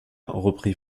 reprit